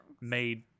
made